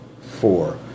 four